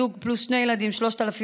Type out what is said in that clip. זוג פלוס שני ילדים, 3,750,